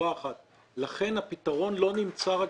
לכן הפתרון לא נמצא רק